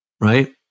right